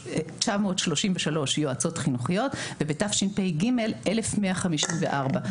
933 יועצות חינוכיות ובתשפ"ג 1,154,